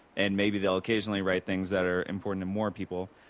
and maybe they'll occasionally write things that are important to more people.